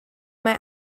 mae